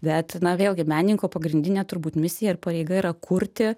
bet na vėlgi menininko pagrindinė turbūt misija ir pareiga yra kurti